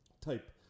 type